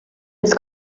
its